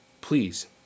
Please